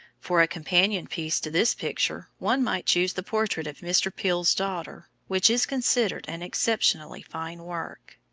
for a companion piece to this picture, one might choose the portrait of mr. peel's daughter, which is considered an exceptionally fine work.